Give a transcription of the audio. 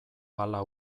hala